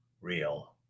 real